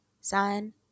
Sign